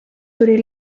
tuli